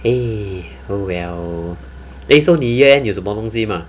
eh so well eh so 你 year end 有什么东西 mah